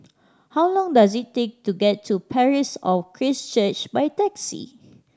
how long does it take to get to Parish of Christ Church by taxi